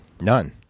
None